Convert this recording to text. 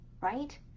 right